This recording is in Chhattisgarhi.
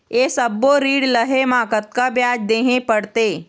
ये सब्बो ऋण लहे मा कतका ब्याज देहें ले पड़ते?